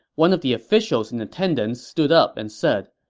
one of the officials in attendance stood up and said,